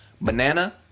banana